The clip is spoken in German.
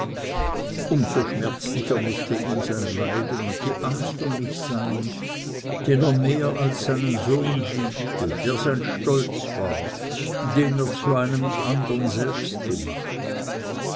so schmerzlicher mußte ihm sein leiden und die angst um mich sein den er mehr als seinen sohn liebte der sein stolz war den er zu seinem andern selbst gemacht